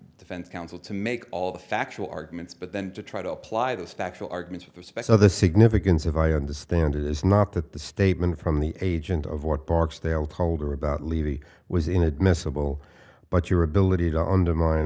defense counsel to make all the factual arguments but then to try to apply those factual arguments with respect to the significance of i understand it is not that the statement from the agent of what barksdale polgar about levy was inadmissible but your ability to undermine